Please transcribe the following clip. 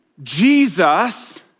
Jesus